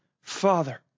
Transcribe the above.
father